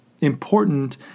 important